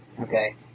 Okay